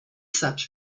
such